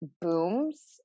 booms